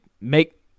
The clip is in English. make